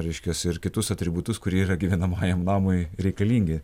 reiškias ir kitus atributus kurie yra gyvenamajam namui reikalingi